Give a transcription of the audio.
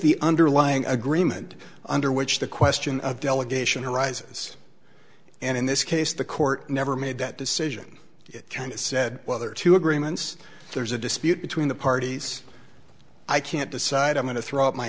the underlying agreement under which the question of delegation arises and in this case the court never made that decision it can't said whether two agreements there's a dispute between the parties i can't decide i'm going to throw up my